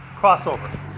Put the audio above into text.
crossover